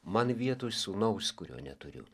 man vietoj sūnaus kurio neturiu